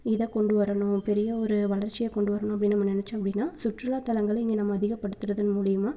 இதை கொண்டு வரணும் பெரிய ஒரு வளர்ச்சியை கொண்டு வரணும் அப்படின்னு நம்ம நினச்சோம் அப்படின்னா சுற்றுலா தளங்களை இங்கே நம்ம அதிக படுத்துகிறதன் மூலயமா